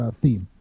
theme